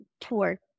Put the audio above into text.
tour